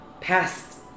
past